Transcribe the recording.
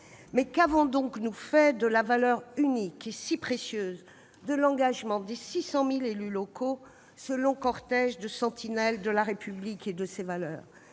»! Qu'avons-nous donc fait de la valeur unique et si précieuse de l'engagement des 600 000 élus locaux, ce long cortège de sentinelles de la République, et de ses valeurs ?